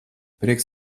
prieks